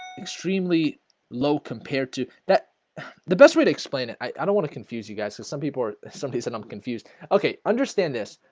extremely low compared to that the best way to explain it i don't want to confuse you guys so some people are some things that i'm confused okay understand this